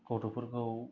गथ'फोरखौ